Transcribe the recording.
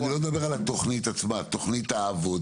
אני לא מדבר על התכנית עצמה אלא על תכנית העבודה.